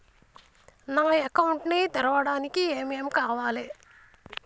నా అకౌంట్ ని తెరవడానికి ఏం ఏం కావాలే?